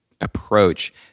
approach